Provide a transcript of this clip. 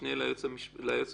המשנה ליועמ"ש